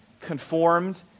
conformed